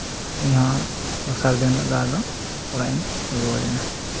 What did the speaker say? ᱤᱧᱦᱚ ᱟᱫᱚ ᱫᱚᱥᱟᱨ ᱫᱤᱱ ᱦᱤᱞᱳᱜ ᱫᱚ ᱟᱫᱚ ᱚᱲᱟᱜ ᱤᱧ ᱨᱩᱣᱟᱹᱲᱮᱱᱟ